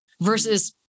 versus